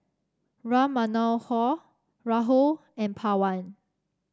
Ram Manohar Rahul and Pawan